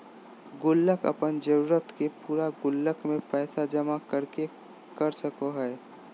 गुल्लक अपन जरूरत के पूरा गुल्लक में पैसा जमा कर के कर सको हइ